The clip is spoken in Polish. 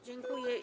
Dziękuję.